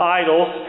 idols